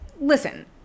listen